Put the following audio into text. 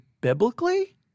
biblically